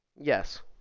Yes